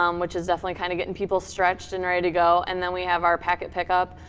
um which is definitely kinda getting people stretched and ready to go. and then we have our packet pickup,